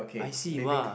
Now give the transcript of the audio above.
I see !wah!